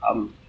um